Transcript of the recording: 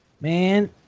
man